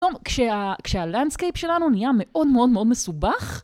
כשהלנדסקייפ שלנו נהיה מאוד מאוד מאוד מסובך